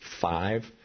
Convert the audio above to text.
five